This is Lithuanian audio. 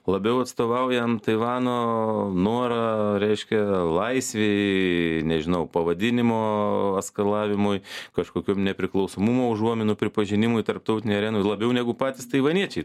labiau atstovaujam taivano norą reiškia laisvėj nežinau pavadinimo eskalavimui kažkokiom nepriklausomumo užuominų pripažinimui tarptautinėj arenoj labiau negu patys taivaniečiai to